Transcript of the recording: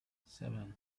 seven